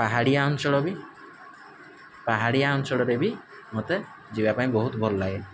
ପାହାଡ଼ିଆ ଅଞ୍ଚଳ ବି ପାହାଡ଼ିଆ ଅଞ୍ଚଳରେ ବି ମୋତେ ଯିବା ପାଇଁ ବହୁତ ଭଲ ଲାଗେ